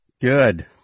Good